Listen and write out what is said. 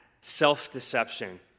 self-deception